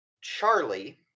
Charlie